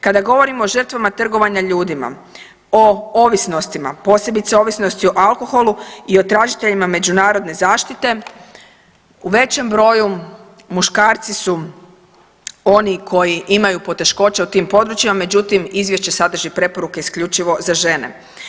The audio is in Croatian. Kada govorimo o žrtvama trgovanja ljudima, o ovisnostima, posebice ovisnosti o alkoholu i o tražiteljima međunarodne zaštite u većem broju muškarci su oni koji imaju poteškoća u tim područjima, međutim izvješće sadrži preporuke isključivo za žene.